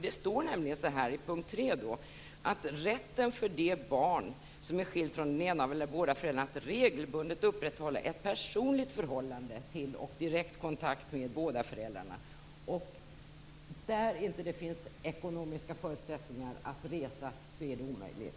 Det står nämligen i punkt tre om rätten för det barn som är skilt från den ena föräldern eller båda att regelbundet upprätthålla ett personligt förhållande till, och direkt kontakt med, båda föräldrarna. Där det inte finns ekonomiska förutsättningar att resa är det omöjligt.